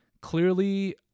Clearly